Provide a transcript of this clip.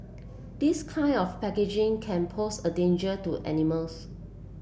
this kind of packaging can pose a danger to animals